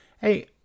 Hey